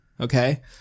okay